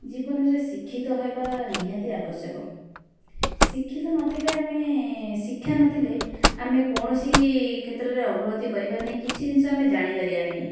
ଜୀବନରେ ଶିକ୍ଷିତ ହେବା ନିହାତି ଆବଶ୍ୟକ ଶିକ୍ଷିତ ନଥିଲେ ଆମେ ଶିକ୍ଷା ନଥିଲେ ଆମେ କୌଣସି କ୍ଷେତ୍ରରେ ଅଗ୍ରଗତି କରିପାରିବା ନାହିଁ କିଛି ଜିନିଷ ଆମେ ଜାଣିପାରିବା ନାହିଁ